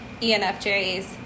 ENFJs